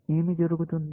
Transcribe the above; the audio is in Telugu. ఏమి జరుగుతుంది